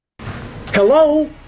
Hello